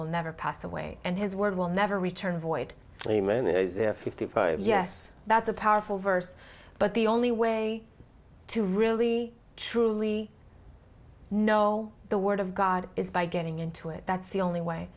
will never pass away and his word will never return void fifty yes that's a powerful verse but the only way to really truly no the word of god is by getting into it that's the only way